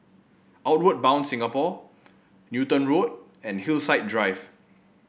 Outward Bound Singapore Newton Road and Hillside Drive